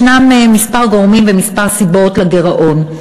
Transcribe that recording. יש כמה גורמים וכמה סיבות לגירעון.